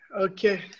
okay